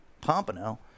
Pompano